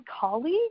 colleague